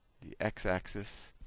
the x-axis.